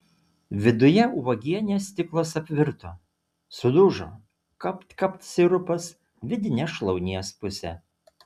viduje uogienės stiklas apvirto sudužo kapt kapt sirupas vidine šlaunies puse